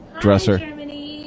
dresser